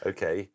Okay